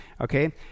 okay